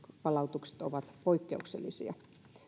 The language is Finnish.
palautukset ovat poikkeuksellisia